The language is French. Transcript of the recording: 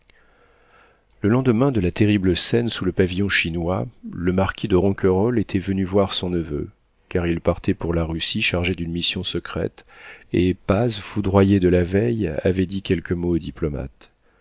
le lendemain de la terrible scène sous le pavillon chinois le marquis de ronquerolles était venu voir son neveu car il partait pour la russie chargé d'une mission secrète et paz foudroyé de la veille avait dit quelques mots au diplomate